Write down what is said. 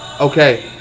Okay